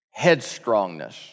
headstrongness